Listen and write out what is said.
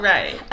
Right